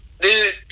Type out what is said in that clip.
Dude